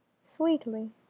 sweetly